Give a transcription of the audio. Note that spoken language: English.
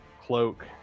cloak